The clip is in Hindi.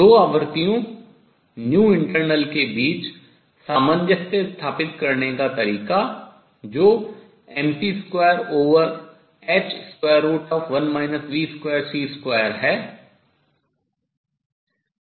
दो आवृत्तियों internal के बीच सामंजस्य स्थापित करने का तरीका जो mc2h1 v2c2 है